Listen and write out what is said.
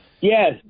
Yes